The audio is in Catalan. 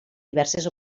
diverses